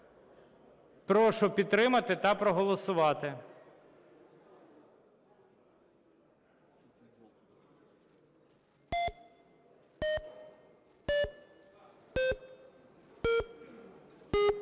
Прошу підтримати та проголосувати.